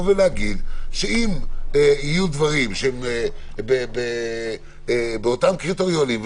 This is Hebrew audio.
ולהגיד שאם יהיו דברים באותם קריטריונים,